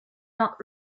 not